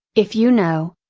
if you know,